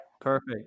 Perfect